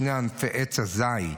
שני ענפי עץ הזית,